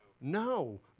No